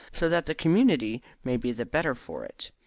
so that the community may be the better for it.